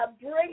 Bring